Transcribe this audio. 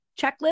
checklist